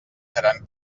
seran